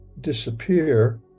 disappear